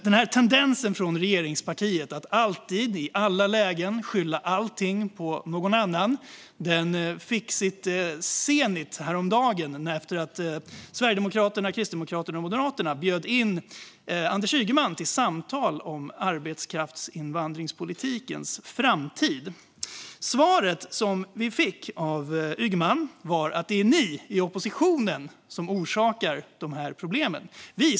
Den här tendensen hos regeringspartiet att alltid i alla lägen skylla allting på någon annan nådde zenit häromdagen, när Sverigedemokraterna, Kristdemokraterna och Moderaterna bjöd in Anders Ygeman till samtal om arbetskraftsinvandringspolitikens framtid. Svaret vi fick av Ygeman var är att det är vi i oppositionen som orsakar de här problemen.